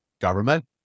government